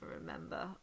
remember